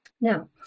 Now